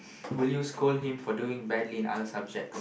will you scold him for doing badly in other subjects